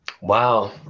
Wow